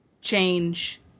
change